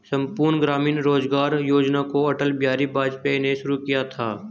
संपूर्ण ग्रामीण रोजगार योजना को अटल बिहारी वाजपेयी ने शुरू किया था